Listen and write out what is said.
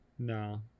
No